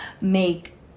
make